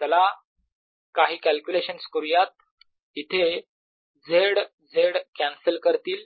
चला काही कॅल्क्युलेशन्स करूयात इथे z z कॅन्सल करतील